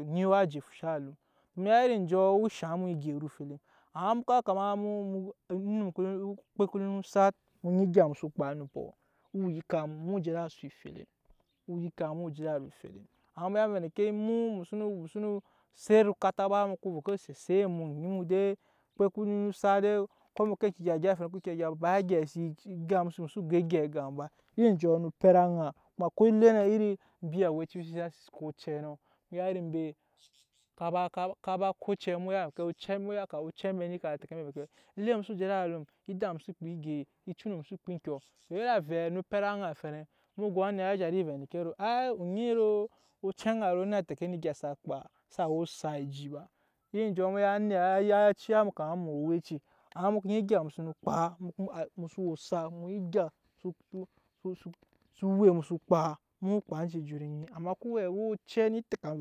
onyia je efusha alum mu ya iri enjɔ waa shaŋ mu we ogyɛru efelem amma mu yakama okpe ku li no sat mu yi egya mu soo kpa onumpɔ o woo yika mu mu je ed'asu eferem o woo yika mu mu je ed'alum eferem amma mu ya vɛ endeke mu xsono set kata ba mu ko go ovɛ set eset mu onyi u dei okpe li ko lo sat dei ko mu ko eŋke egya gya eferem ko mu xso gya dei ba egyɛi egap mu ba iri no pɛt aŋa kuma ko ele nɛ iri mbi awɛci mbi se na si ko acɛɛ nɔ mu ya iri mbe ka ba ko ocɛ ocɛ mbe mu ya kama ocɛ be ni ka tɛke vɛ endeke ele mu xso je alum? Eda mu xso kpa egyɛi ecu no mu xso kpa eŋke tɔ iri avɛ no pɛt aŋa eferem mu go anet waa zhat evɛ endeke ai oŋe ro ocɛŋa ni na tɛka ni egya ni saa kpa xsa we osak eji ba iri njɔ o woo shaŋ anet waa ciya mu kama mu we owɛci amma mu ko nyi egya mu sono kpa mu soo we osak mu ya egya so we mu so kpa mu kpa enje ejut enyi amma idan ocɛ ni tɛka mu.